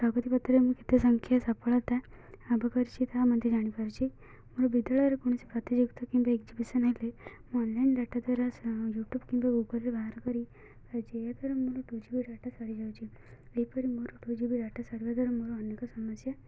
ପ୍ରଗତି ପତ୍ରରେ ମୁଁ କେତେ ସଂଖ୍ୟା ସଫଳତା ଲାଭ କରିଛିି ତାହା ମଧ୍ୟ ଜାଣିପାରୁଚଛି ମୋର ବିଦ୍ୟାଳୟରେ କୌଣସି ପ୍ରତିଯୋଗିତା କିମ୍ବା ଏକ୍ଜିବିସନ୍ ହେଲେ ମୁଁ ଅନଲାଇନ୍ ଡ଼ାଟା ଦ୍ଵାରା ୟୁଟ୍ୟୁବ୍ କିମ୍ବା ଗୁଗଲ୍ରେ ବାହାର କରି ଯିବା ଦ୍ୱାରା ମୋର ଟୁ ଜିବି ଡ଼ାଟା ସରିଯାଉଛି ଏହିପରି ମୋର ଟୁ ଜିବି ଡ଼ାଟା ସରିଯିବା ଦ୍ଵାରା ମୋର ଅନେକ ସମସ୍ୟା